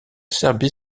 serbie